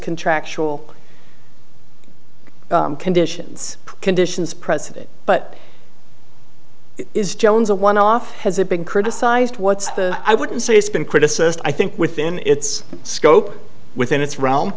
contractual conditions conditions president but is jones a one off has it been criticized what's the i wouldn't say it's been criticized i think within its scope within its realm